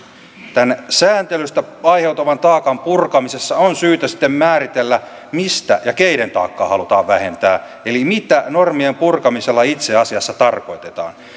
purkamista tämän sääntelystä aiheutuvan taakan purkamisessa on syytä sitten määritellä mistä ja keiden taakkaa halutaan vähentää eli mitä normien purkamisella itse asiassa tarkoitetaan